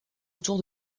autour